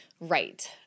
right